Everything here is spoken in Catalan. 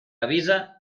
avisa